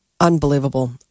Unbelievable